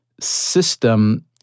system